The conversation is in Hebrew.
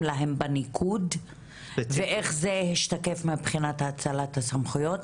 להן בניקוד ואיך זה השתקף מבחינת האצלת הסמכויות?